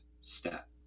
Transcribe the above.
step